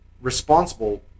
responsible